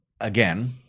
again